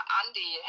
andy